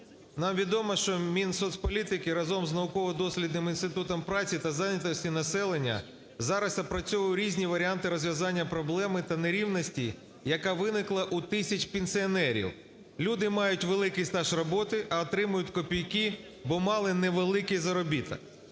нам відомо, щоМінсоцполітики разом з Науково-дослідним інститутом праці та зайнятості населення зараз опрацьовує різні варіанти розв'язання проблеми та нерівності, яка виникла у тисяч пенсіонерів. Люди мають великий стаж роботи, а отримують копійки, бо мали невеликий заробіток.